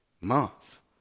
month